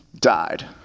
died